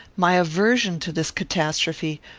my aversion to this catastrophe,